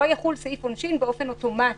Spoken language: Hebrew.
שלא יחול סעיף עונשין באופן אוטומטי,